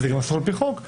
וזה גם אסור על פי חוק,